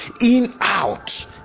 in-out